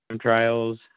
trials